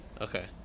okay